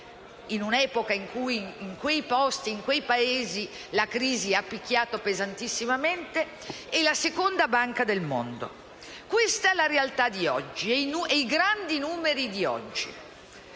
in un'epoca in cui in quei Paesi la crisi ha picchiato pesantissimamente e la seconda banca del mondo. Questa è la realtà di oggi e questi sono i grandi numeri di oggi.